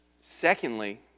Secondly